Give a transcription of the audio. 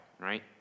right